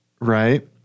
Right